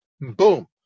boom